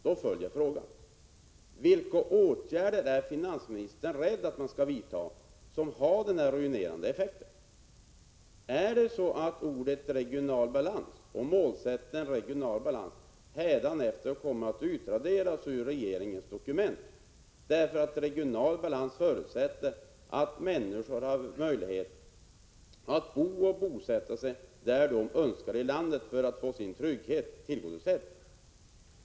Då följer frågan: Vilka åtgärder är det som finansminstern befarar kan få en sådan ruinerande effekt? Kommer uttrycket regional balans och målsättningen att uppnå en sådan hädanefter att vara utraderade ur regeringens dokument, eftersom regional balans förutsätter att människor har möjlighet att bo och bosätta sig varhelst i landet de önskar för att få sin trygghet tillgodosedd?